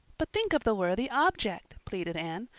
but think of the worthy object, pleaded anne.